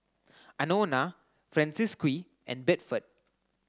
Anona Francisqui and Bedford